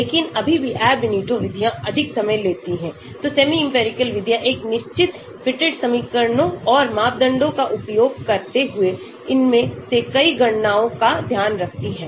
लेकिन अभी भी Ab initio विधियां अधिक समय लेती हैंतो सेमीइंपिरिकल विधियां एक निश्चित फिटेड समीकरणों और मापदंडों का उपयोग करते हुए इनमें से कई गणनाओं का ध्यान रखती हैं